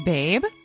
Babe